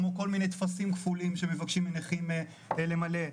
כמו כל מיני טפסים כפולים שמבקשים מנכים למלא,